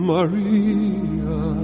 Maria